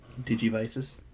Digivices